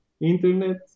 internet